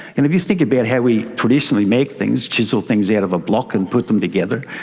and if you think about how we traditionally make things, chisel things out of a block and put them together,